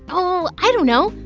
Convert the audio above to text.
oh, i don't know,